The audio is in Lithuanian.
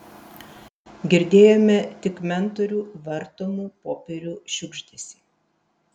girdėjome tik mentorių vartomų popierių šiugždesį